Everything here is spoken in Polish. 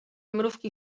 mrówki